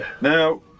Now